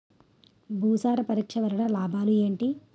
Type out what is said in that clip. భూసార పరీక్ష వలన లాభాలు ఏంటి?